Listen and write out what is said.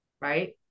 right